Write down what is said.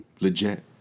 Legit